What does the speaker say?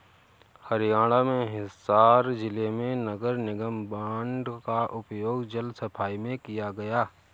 हरियाणा में हिसार जिले में नगर निगम बॉन्ड का उपयोग जल सफाई में किया गया